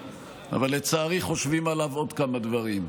אבל לצערי חושבים עליו עוד כמה דברים.